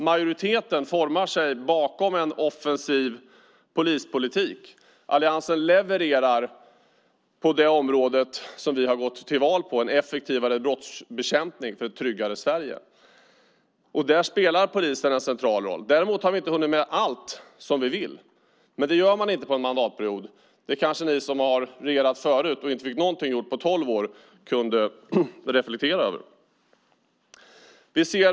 Majoriteten formar sig bakom en offensiv polispolitik. Alliansen levererar på det område som vi har gått till val på, nämligen en effektivare brottsbekämpning för ett tryggare Sverige. Där spelar polisen en central roll. Vi har inte hunnit med allt vi vill. Det gör man inte på en mandatperiod. Det kanske ni som har regerat förut och inte fick någonting gjort på tolv år kunde reflektera över.